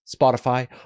spotify